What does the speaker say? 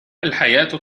الحياة